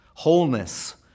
Wholeness